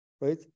right